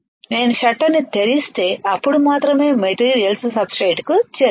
నేను షట్టర్ తెరిస్తే అప్పుడు మాత్రమే మెటీరియల్స్ సబ్స్ట్రేట్కు చేరుతాయి